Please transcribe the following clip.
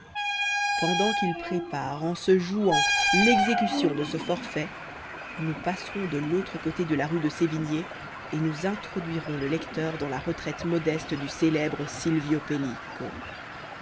pendant qu'il prépare en se jouant l'exécution de ce forfait nous passerons de l'autre côté de la rue de sévigné et nous introduirons le lecteur dans la retraite modeste du célèbre silvio pellico